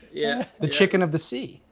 yeah the chicken of the sea.